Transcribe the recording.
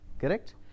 Correct